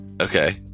Okay